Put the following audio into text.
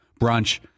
brunch